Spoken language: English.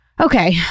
Okay